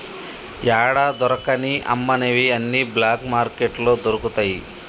యాడా దొరకని అమ్మనివి అన్ని బ్లాక్ మార్కెట్లో దొరుకుతయి